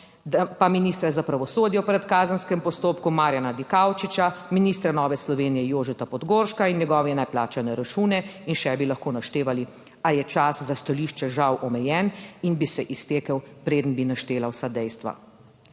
pa ministra za pravosodje v predkazenskem postopku Marjana Dikaučiča, ministra Nove Slovenije Jožeta Podgorška in njegove neplačane račune in še bi lahko naštevali, a je čas za stališče žal omejen in bi se iztekel, preden bi naštela vsa dejstva.